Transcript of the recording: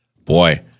boy